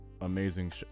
amazing